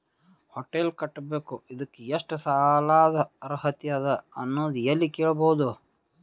Hotel ಕಟ್ಟಬೇಕು ಇದಕ್ಕ ಎಷ್ಟ ಸಾಲಾದ ಅರ್ಹತಿ ಅದ ಅನ್ನೋದು ಎಲ್ಲಿ ಕೇಳಬಹುದು?